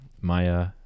maya